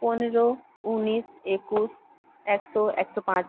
পনেরো উনিশ একুশ একশো একশো পাঁচ